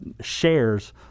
shares